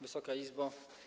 Wysoka Izbo!